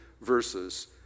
verses